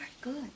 good